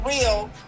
real